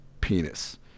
penis